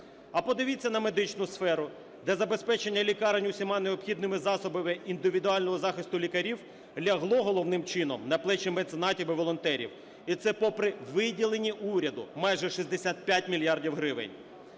А подивіться на медичну сферу, де забезпечення лікарень усіма необхідними засобами індивідуального захисту лікарів лягло головним чином на плечі меценатів і волонтерів. І це попри виділені уряду майже 65 мільярдів гривень.